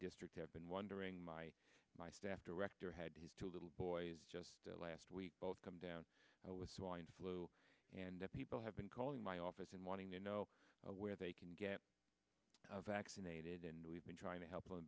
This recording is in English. district have been wondering my my staff director had his two little boys just last week both come down with swine flu and people have been calling my office and wanting to know where they can get vaccinated and we've been trying to help them